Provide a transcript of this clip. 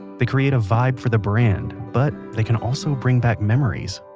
they create a vibe for the brand, but they can also bring back memories